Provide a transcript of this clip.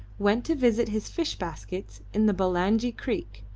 went to visit his fish-baskets in the bulangi creek,